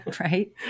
right